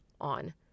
on